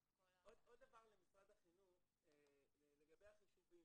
כל ה- -- עוד דבר למשרד החינוך לגבי החישובים